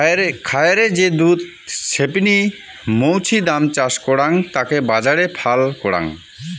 খায়ারে যে দুধ ছেপনি মৌছুদাম চাষ করাং তাকে বাজারে ফাল করাং